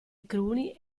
cruni